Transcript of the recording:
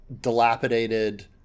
dilapidated